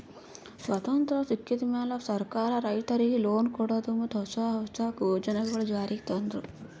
ಸ್ವತಂತ್ರ್ ಸಿಕ್ಕಿದ್ ಮ್ಯಾಲ್ ಸರ್ಕಾರ್ ರೈತರಿಗ್ ಲೋನ್ ಕೊಡದು ಮತ್ತ್ ಹೊಸ ಹೊಸ ಯೋಜನೆಗೊಳು ಜಾರಿಗ್ ತಂದ್ರು